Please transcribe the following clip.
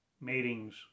Meetings